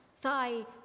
Thigh